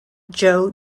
joe